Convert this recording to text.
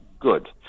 Good